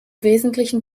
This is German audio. wesentlichen